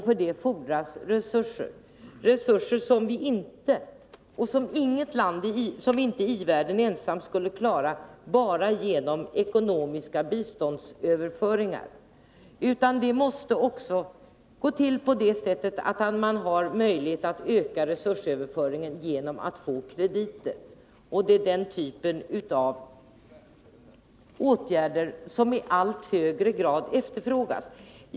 För det fordras resurser — resurser som inte i-världen ensam skulle klara bara genom ekonomiska biståndsöverföringar. Det måste också gå till på det sättet att det finns möjligheter att öka resursöverföringen genom att man får krediter. Det är den typen av åtgärder som i allt högre grad efterfrågas.